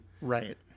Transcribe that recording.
Right